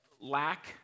lack